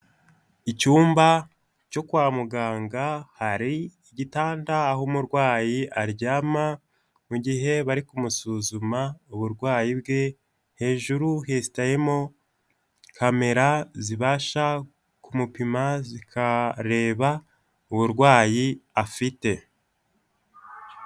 Icyumba cyo kwa muganga, hari igitanda aho umurwayi aryama, mu gihe bari kumusuzuma uburwayi bwe, hejuru hesitayemo kamera zibasha kumupima zikareba uburwayi afite.